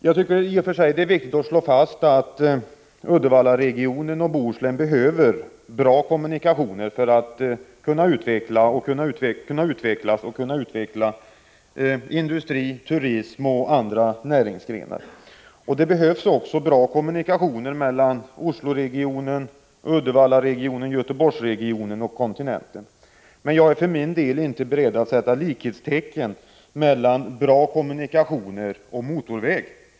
Det är i och för sig viktigt att slå fast att Uddevallaregionen och Bohuslän behöver bra kommunikationer för att kunna utvecklas och kunna utveckla industri, turism och andra näringsgrenar. Det behövs också bra kommunikationer mellan Osloregionen, Uddevallaregionen, Göteborgsregionen och kontinenten. Men jag är för min del inte beredd att sätta likhetstecken mellan bra kommunikationer och motorväg.